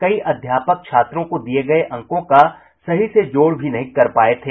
कई अध्यापक छात्रों को दिये गये अंकों का सही से जोड़ भी नहीं कर पाये थे